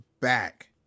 back